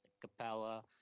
Capella